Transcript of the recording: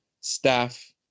staff